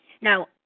Now